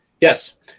yes